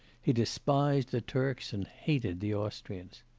he despised the turks and hated the austrians.